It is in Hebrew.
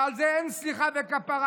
ועל זה אין סליחה וכפרה,